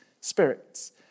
spirits